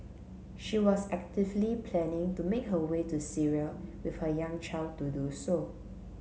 she was actively planning to make her way to Syria with her young child to do so